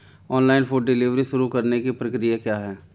Online food delivery शुरू करने की प्रक्रिया क्या है?